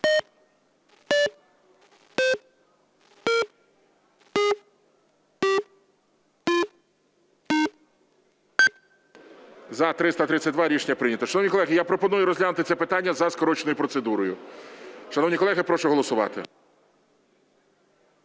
За-332 Рішення прийнято. Шановні колеги, я пропоную розглянути це питання за скороченою процедурою. Шановні колеги, прошу голосувати.